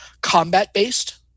combat-based